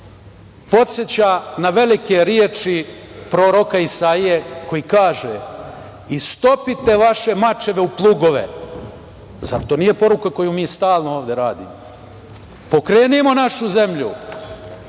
podseća na velike reči proroka Isaije koji kaže – istopite vaše mačeve u plugove, zar to nije poruka koju mi stalno ovde radimo, pokrenimo našu zemlju,